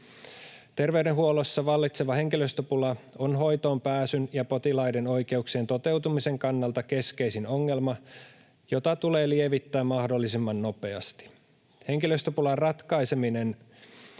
Terveydenhuollossa vallitseva henkilöstöpula on hoitoonpääsyn ja potilaiden oikeuksien toteutumisen kannalta keskeisin ongelma, jota tulee lievittää mahdollisimman nopeasti. Henkilöstöpulan ratkaiseminen